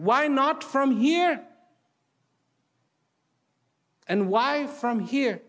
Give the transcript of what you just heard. why not from here and why from here